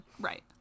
right